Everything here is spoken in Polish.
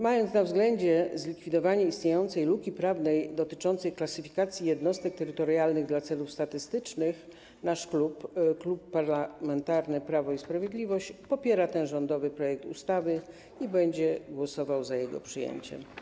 Mając na względzie zlikwidowanie istniejącej luki prawnej dotyczącej klasyfikacji jednostek terytorialnych dla celów statystycznych, nasz klub, Klub Parlamentarny Prawo i Sprawiedliwość, popiera ten rządowy projekt ustawy i będzie głosował za jego przyjęciem.